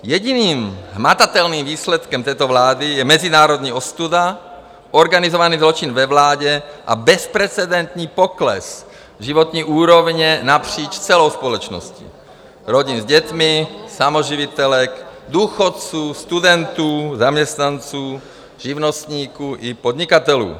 Jediným hmatatelným výsledkem této vlády je mezinárodní ostuda, organizovaný zločin ve vládě a bezprecedentní pokles životní úrovně napříč celou společností rodin s dětmi, samoživitelek, důchodců, studentů, zaměstnanců, živnostníků i podnikatelů.